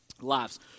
lives